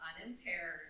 unimpaired